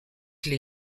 les